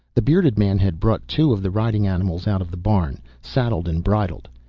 the bearded man had brought two of the riding animals out of the barn, saddled and bridled.